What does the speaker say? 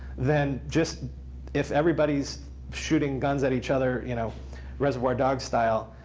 then just if everybody's shooting guns at each other you know reservoir dog style,